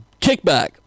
kickback